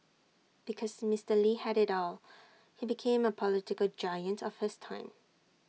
because Mister lee had IT all he became A political giant of his time